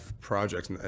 projects